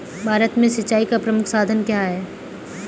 भारत में सिंचाई का प्रमुख साधन क्या है?